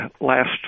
last